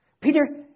Peter